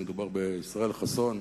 מדובר בישראל חסון,